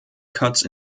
cuts